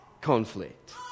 conflict